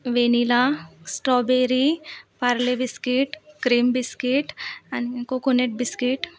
vanilla strawberry Parle biscuit cream biscuit आणि coconut biscuit